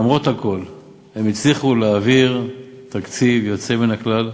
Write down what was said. למרות הכול הם הצליחו להעביר תקציב יוצא מן הכלל,